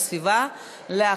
נא להצביע.